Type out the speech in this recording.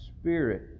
spirit